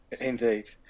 indeed